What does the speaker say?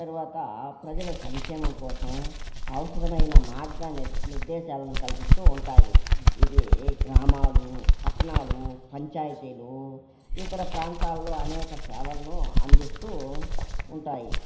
తర్వాత ప్రజల సంక్షేమం కోసం అవసరమైన మార్గా ని నిర్దేశాలను కల్పిస్తు ఉంటాయి ఇది గ్రామాలు పట్టణాలు పంచాయతీలు ఇతర ప్రాంతాలలో అనేక సేవలను అందిస్తు ఉంటాయి